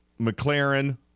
McLaren